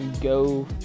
go